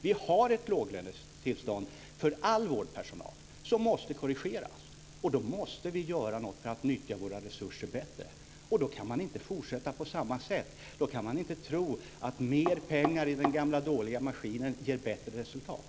Vi har ett låglönetillstånd för all vårdpersonal som måste korrigeras, och då måste vi göra något för att nyttja våra resurser bättre. Då kan man inte fortsätta på samma sätt och tro att mer pengar i den gamla dåliga maskinen ger bättre resultat.